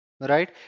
right